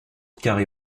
carrée